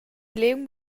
liung